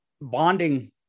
bonding